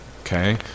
okay